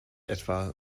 etwa